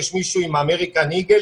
יש מישהו עם האמריקן איגל,